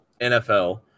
NFL